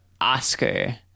Oscar